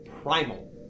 primal